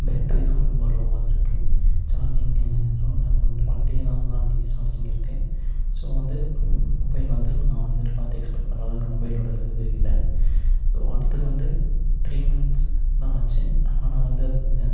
battery தான் ரொம்ப லோவாக இருக்குது சார்ஜிங் ஒன் ஒன் டே தான் ஆனாலும் அன்னைக்கி சார்ஜிங் இருக்குது ஸோ வந்து மொபைல் வந்து நான் எதிர்பார்த்த எக்ஸ்பட் பண்ண அளவுக்கு மொபைலோட இது இல்லை அடுத்தது வந்து த்ரீ மந்த்ஸ் தான் ஆச்சு ஆனால் வந்து அதுக்கு